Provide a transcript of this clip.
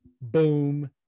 Boom